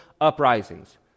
Uprisings